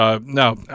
Now